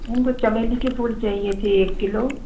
हमको चमेली के फूल चाहिए थे एक किलो